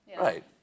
Right